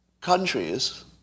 countries